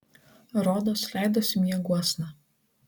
rodos leidosi mieguosna